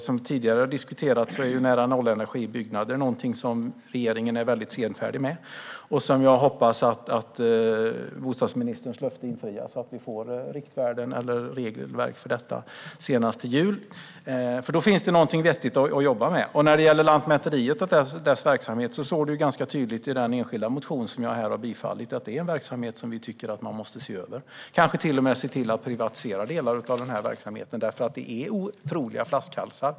Som tidigare har diskuterats är frågan om nära-nollenergibyggnader något som regeringen är senfärdig med. Jag hoppas att bostadsministerns löfte infrias så att vi får riktvärden eller regelverk för detta senast till jul. Då finns det något vettigt att jobba med. I den enskilda motion jag har yrkat bifall till framgår det tydligt att Lantmäteriet är en verksamhet som vi tycker måste ses över, kanske ska man till och med privatisera delar av verksamheten. Det finns otroliga flaskhalsar.